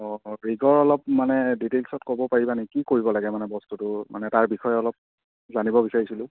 অঁ ৰিগৰ অলপ মানে ডিটেইলছত ক'ব পাৰিবা নি কি কৰিব লাগে মানে বস্তুটো মানে তাৰ বিষয়ে অলপ জানিব বিচাৰিছিলোঁ